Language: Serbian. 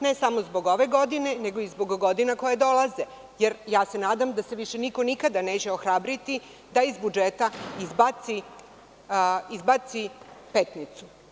Ne samo zbog ove godine, nego i zbog godina koje dolaze, jer se nadam da se više niko nikada neće ohrabriti da iz budžeta izbaci Petnicu.